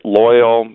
loyal